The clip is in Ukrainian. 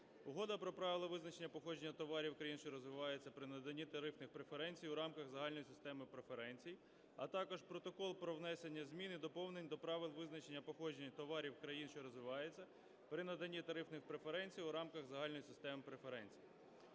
Угода про Правила визначення походження товарів країн, що розвиваються, при наданні тарифних преференцій у рамках Загальної системи преференцій, а також Протокол про внесення змін і доповнень до Правил визначення походження товарів країн, що розвиваються, при наданні тарифних преференцій у рамках Загальної системи преференцій.